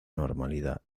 normalidad